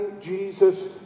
Jesus